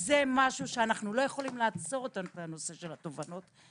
זה משהו שאנחנו לא יכולים לעצור אותו בנושא של התובענות.